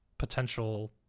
potential